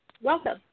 welcome